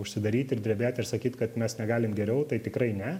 užsidaryti ir drebėti ir sakyt kad mes negalim geriau tai tikrai ne